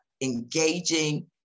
engaging